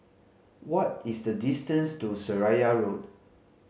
what is the distance to Seraya Road